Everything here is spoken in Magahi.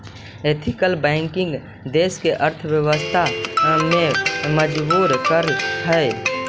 एथिकल बैंकिंग देश के अर्थव्यवस्था के मजबूत करऽ हइ